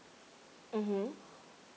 mm